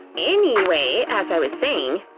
anyway, as i was saying,